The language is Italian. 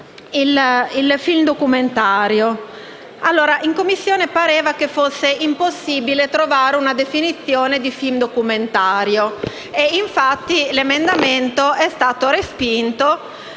il film documentario. In Commissione pareva che fosse impossibile trovare una definizione di film documentario. Infatti l'emendamento è stato respinto